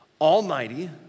Almighty